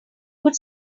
could